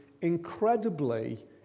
incredibly